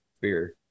beer